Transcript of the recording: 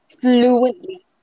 fluently